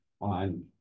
on